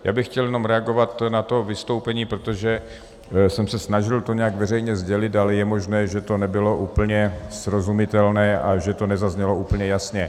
Já bych chtěl jenom reagovat na to vystoupení, protože jsem se snažil to nějak veřejně sdělit, ale je možné, že to nebylo úplně srozumitelné a že to nezaznělo úplně jasně.